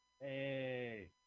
Hey